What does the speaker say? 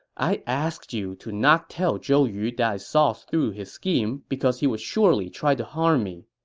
i asked you to not tell zhou yu that i saw through his scheme because he would surely try to harm me.